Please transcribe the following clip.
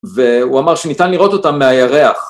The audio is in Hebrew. והוא אמר שניתן לראות אותם מהירח.